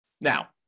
Now